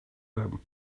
them